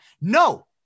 No